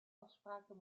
afspraken